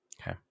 Okay